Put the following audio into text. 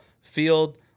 field